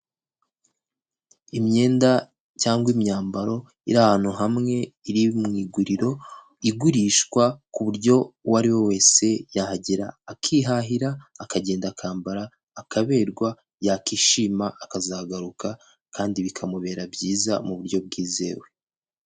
Imyenda cyangwa imyambaro iri ahantu hamwe iri mu iguriro igurishwa ku buryo uwo ari we wese yahagera akihahira akagenda akambara akaberwa yakishima akazagaruka kandi bikamubera byiza mu buryo bwizewe.